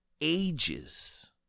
Ages